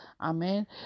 amen